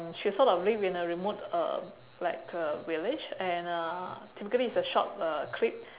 she sort of live in a remote uh like a village and uh typically it's a short uh clip